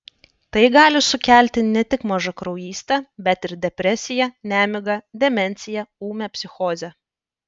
tai gali sukelti ne tik mažakraujystę bet ir depresiją nemigą demenciją ūmią psichozę